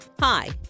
Hi